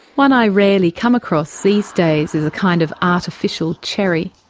one i really come across these days is a kind of artificial cherry.